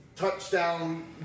touchdown